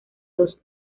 dos